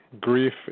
Grief